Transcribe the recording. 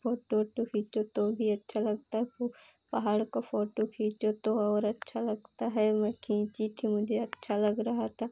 photo ओटो खींचो तो वह भी अच्छा लगता है पहाड़ों का फ़ोटू खींचो तो और अच्छा लगता है मैं खींची थी मुझे अच्छा लग रहा था